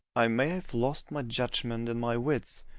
i may have lost my judgment and my wits,